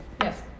Yes